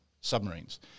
submarines